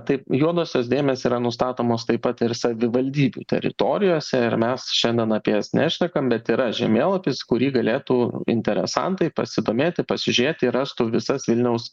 taip juodosios dėmės yra nustatomos taip pat ir savivaldybių teritorijose ir mes šiandien apie jas nešnekam bet yra žemėlapis kurį galėtų interesantai pasidomėti pasižiūrėti rastų visas vilniaus